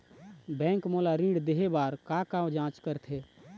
Bank मोला ऋण देहे बार का का जांच करथे?